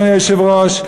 אדוני היושב-ראש,